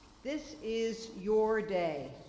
this is your day.